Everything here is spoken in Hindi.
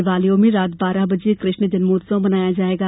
देवालयों में रात बारह बजे कृष्ण जन्मोत्सव मनाया जायेगा